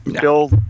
Bill